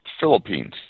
Philippines